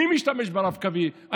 מי משתמש ברב-קו?